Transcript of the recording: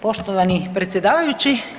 Poštovani predsjedavajući.